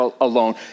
alone